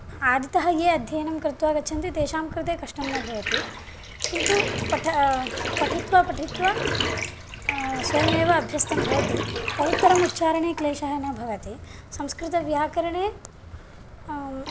आदितः ये अध्ययनं कृत्वा गच्छन्ति तेषां कृते कष्टं न भवति किन्तु पठ पठित्वा पठित्वा स्वयमेव अभ्यस्तं भवति तदुत्तरम् उच्चारणे क्लेशः न भवति संस्कृतव्याकरणे